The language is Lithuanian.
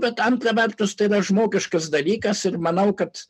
bet antra vertus tai žmogiškas dalykas ir manau kad